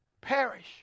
perish